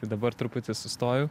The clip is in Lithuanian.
tai dabar truputį sustoju